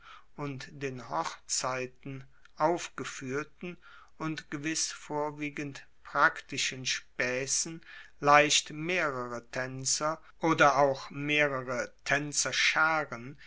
und den hochzeiten aufgefuehrten und gewiss vorwiegend praktischen spaessen leicht mehrere taenzer oder auch mehrere